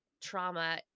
trauma